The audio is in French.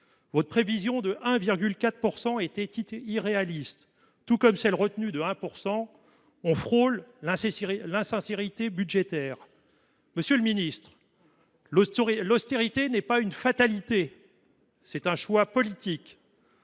Votre prévision de 1,4 % était irréaliste, tout comme celle retenue de 1 %. On frôle l’insincérité budgétaire ! Monsieur le ministre, l’austérité n’est pas une fatalité : c’est un choix politique.